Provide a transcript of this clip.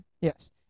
Yes